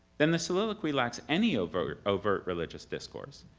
then the soliloquy lacks any overt overt religious discourse,